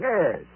Yes